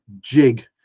jig